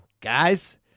Guys